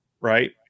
right